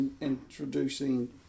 introducing